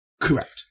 Correct